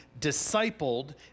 discipled